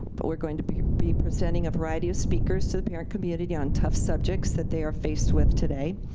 but we're going to be be presenting a variety of speakers to the parent community on tough subjects that they are faced with today.